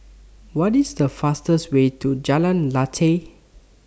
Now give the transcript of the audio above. What IS The easiest Way to Jalan Lateh